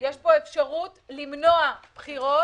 יש פה אפשרות למנוע בחירות